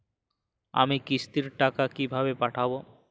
আমি কিস্তির টাকা কিভাবে পাঠাব?